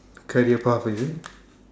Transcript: career path is it